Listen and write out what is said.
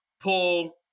pull